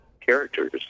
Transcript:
characters